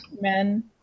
men